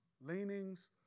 leanings